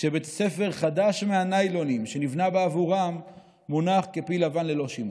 כשבית ספר חדש מהניילונים שנבנה בעבורם מונח כפיל לבן ללא שימוש.